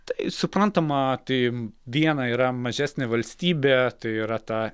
tai suprantama tai viena yra mažesnė valstybė tai yra ta